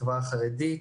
לחברה החרדית,